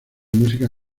música